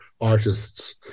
artists